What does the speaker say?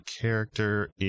character